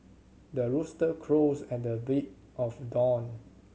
the rooster crows at the break of dawn